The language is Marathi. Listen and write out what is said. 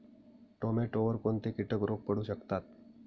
टोमॅटोवर कोणते किटक रोग पडू शकतात?